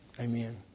Amen